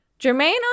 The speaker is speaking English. Jermaine